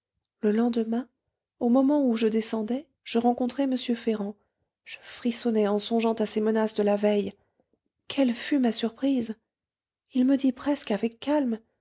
le lendemain au moment où je descendais je rencontrai m ferrand je frissonnai en songeant à ses menaces de la veille quelle fut ma surprise il me dit presque avec calme